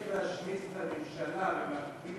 לא צריך להשמיץ את הממשלה במקביל